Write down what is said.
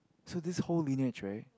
so this whole lineage right